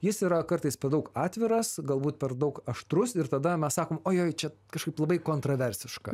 jis yra kartais per daug atviras galbūt per daug aštrus ir tada mes sakom ojoj čia kažkaip labai kontroversiška